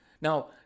Now